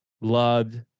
loved